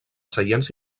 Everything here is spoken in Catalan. seients